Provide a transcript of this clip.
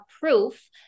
proof